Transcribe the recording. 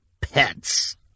pets